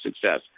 success